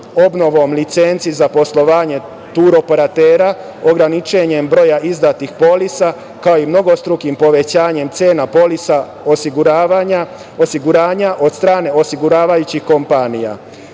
obnovom licence za poslovanje turoperatera, ograničavanjem broja izdatih polisa, kao i mnogostrukim povećanjem cena polisa osiguranja, od strane osiguravajućih kompanija. Situacija